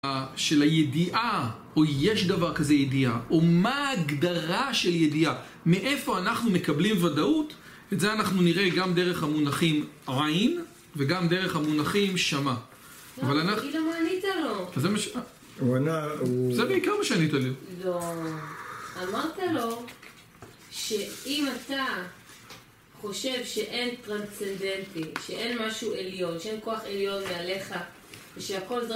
של הידיעה, או יש דבר כזה ידיעה, או מה הגדרה של ידיעה, מאיפה אנחנו מקבלים ודאות, את זה אנחנו נראה גם דרך המונחים עין, וגם דרך המונחים שמע. אבל אנחנו... לא, תגיד לו מה ענית לו. זה בעיקר מה שעניתי לו. לא, אמרת לו שאם אתה חושב שאין טרנסצנדנטי, שאין משהו עליון, שאין כוח עליון מעליך, ושהכל זה...